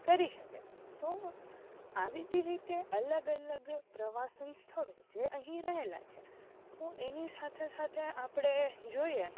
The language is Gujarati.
કરી શકે તો આવી જ રીતે અલગ અલગ પ્રવાસન સ્થળો જે અહીં રહેલાં છે તો એની સાથે સાથે આપણે જોઈએ